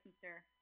teacher